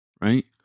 right